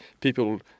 people